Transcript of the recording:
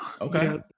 Okay